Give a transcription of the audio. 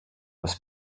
was